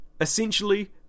Essentially